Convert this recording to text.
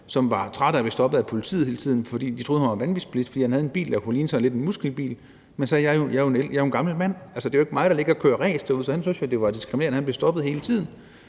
som var træt af at blive stoppet af politiet hele tiden, fordi de troede, han var vanvidsbilist, fordi han havde en bil, der kunne ligne sådan lidt en muskelbil. Men som han sagde: Jeg er jo en gammel mand, det er jo ikke mig, der ligger og kører ræs derude. Så han syntes, det var diskriminerende, at han blev stoppet hele tiden.